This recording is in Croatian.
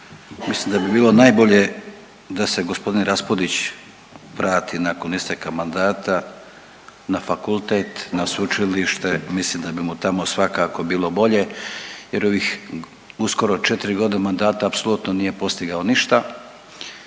Mislim da bi bilo najbolje da se gospodin Raspudić vrati nakon isteka mandata na fakultet, na sveučilište mislim da bi mu tamo svakako bilo bolje jer u ovih uskoro 4 godine mandata apsolutno nije postigao ništa.